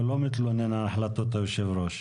הוא לא מתלונן על החלטות יושב הראש.